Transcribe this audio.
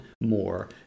more